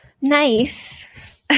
Nice